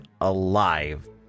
alive